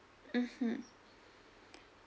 mmhmm